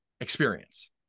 experience